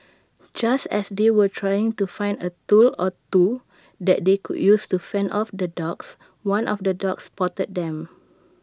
just as they were trying to find A tool or two that they could use to fend off the dogs one of the dogs spotted them